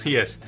Yes